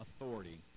authority